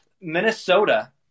Minnesota